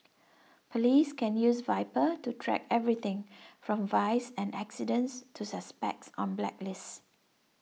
police can use viper to track everything from vice and accidents to suspects on blacklists